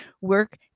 work